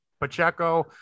Pacheco